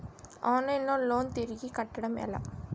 Online లో loan తిరిగి కట్టడం ఎలా?